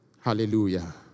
Hallelujah